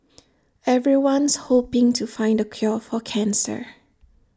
everyone's hoping to find the cure for cancer